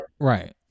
right